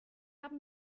haben